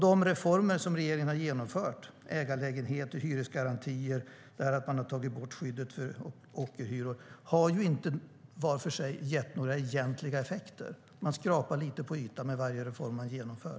De reformer som regeringen har genomfört - ägarlägenheter, hyresgarantier, borttagande av skyddet mot ockerhyror - har ju var för sig inte gett några egentliga effekter. Man skrapar lite på ytan med varje reform som man genomför.